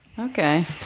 Okay